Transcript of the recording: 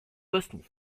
bosnie